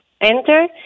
enter